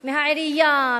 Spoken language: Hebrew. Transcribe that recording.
מהעירייה,